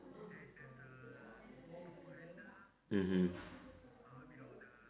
mmhmm